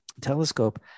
telescope